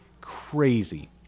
Crazy